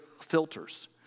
filters